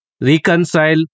reconcile